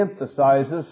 emphasizes